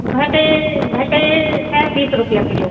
भटे भटे हैं बीस रुपये किलो